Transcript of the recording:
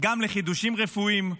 גם לחידושים רפואיים,